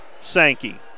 Sankey